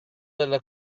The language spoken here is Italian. della